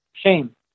Shame